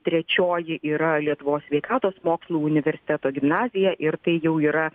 trečioji yra lietuvos sveikatos mokslų universiteto gimnazija ir tai jau yra